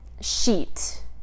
sheet